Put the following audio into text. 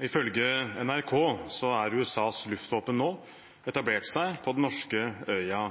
Ifølge NRK har USAs luftvåpen nå etablert seg på den norske øya